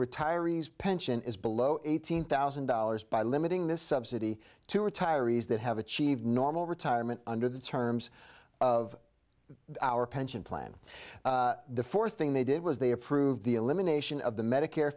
retiree's pension is below eighteen thousand dollars by limiting this subsidy to retirees that have achieved normal retirement under the terms of our pension plan the fourth thing they did was they approved the elimination of the medicare